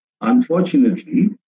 Unfortunately